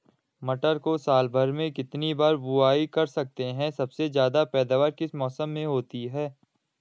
मटर को साल भर में कितनी बार बुआई कर सकते हैं सबसे ज़्यादा पैदावार किस मौसम में होती है?